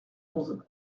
onze